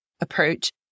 approach